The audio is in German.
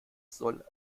soll